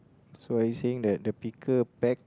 so are you saying that the vehicle pack